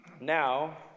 Now